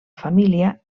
família